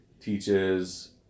teaches